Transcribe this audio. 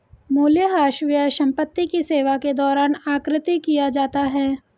मूल्यह्रास व्यय संपत्ति की सेवा के दौरान आकृति किया जाता है